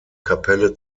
kapelle